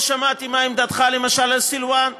לא שמעתי מה עמדתך למשל על סלוואן,